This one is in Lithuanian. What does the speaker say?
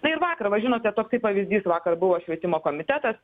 na ir vakar va žinote toksai pavyzdys vakar buvo švietimo komitetas